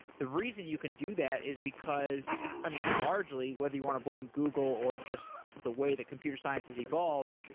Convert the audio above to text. the reason you can do that is because i mean, largely. whether you want to blame google or just the way that computer sciences has evolved,